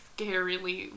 Scarily